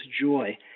joy